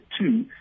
two